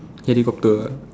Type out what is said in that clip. helicopter